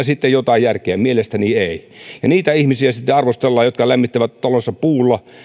sitten jotain järkeä mielestäni ei niitä ihmisiä sitten arvostellaan jotka lämmittävät talonsa puulla